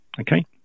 okay